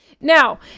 Now